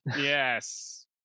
yes